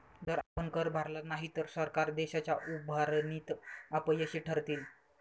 जर आपण कर भरला नाही तर सरकार देशाच्या उभारणीत अपयशी ठरतील